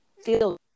feel